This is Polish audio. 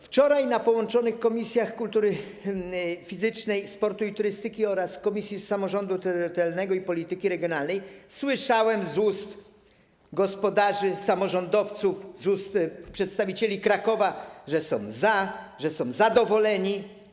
Wczoraj na posiedzeniu połączonych Komisji: Kultury Fizycznej, Sportu i Turystyki oraz Samorządu Terytorialnego i Polityki Regionalnej słyszałem z ust gospodarzy, samorządowców, z ust przedstawicieli Krakowa, że są za, że są zadowoleni.